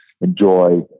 Enjoy